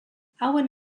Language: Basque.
hauen